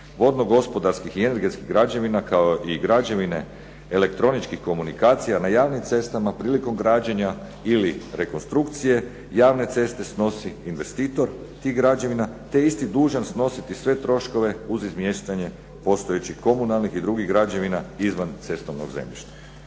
vodno-gospodarskih i energetskih građevina kao i građevine elektroničkih komunikacija na javnim cestama prilikom građenja ili rekonstrukcije javne ceste snosi investitor tih građevina te je isti dužan snositi sve troškove uz izmještanje postojećih komunalnih i drugih građevina izvan cestovnog zemljišta.